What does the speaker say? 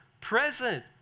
present